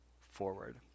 forward